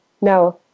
no